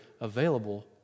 available